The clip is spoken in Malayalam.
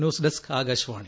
news desk Akashvani